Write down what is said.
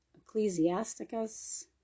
Ecclesiasticus